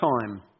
time